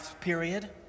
period